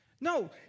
No